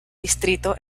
distrito